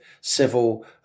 civil